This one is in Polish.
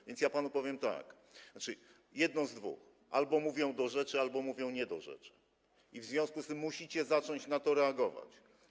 A więc ja panu powiem tak: jedno z dwojga, albo mówią do rzeczy, albo mówią nie do rzeczy, i w związku z tym musicie zacząć na to reagować.